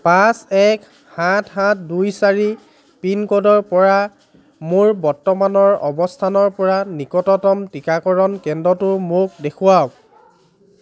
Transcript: পাঁচ এক সাত সাত দুই চাৰি পিন ক'ডৰ পৰা মোৰ বৰ্তমানৰ অৱস্থানৰ পৰা নিকটতম টীকাকৰণ কেন্দ্ৰটো মোক দেখুৱাওক